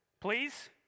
Please